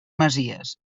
masies